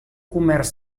comerç